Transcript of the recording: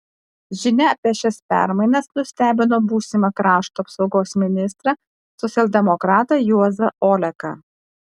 žinia apie šias permainas nustebino būsimą krašto apsaugos ministrą socialdemokratą juozą oleką